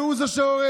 והוא זה שהורס.